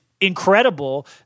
incredible